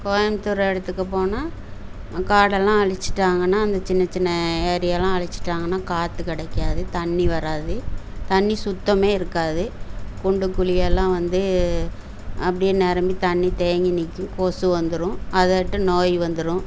கோயமுத்தூர் இடத்துக்கு போனால் காடெல்லாம் அழிச்சிட்டாங்கனால் அந்த சின்ன சின்ன ஏரியலாம் அழிச்சிட்டாங்கனால் காற்று கிடைக்காது தண்ணி வராது தண்ணி சுத்தமா இருக்காது குண்டு குழி எல்லாம் வந்து அப்படியே நிரம்பி தண்ணி தேங்கி நிற்கும் கொசு வந்துவிடும் நோய் வந்துவிடும்